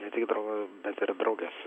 ne tik draugus bet ir drauges